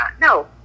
no